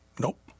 Nope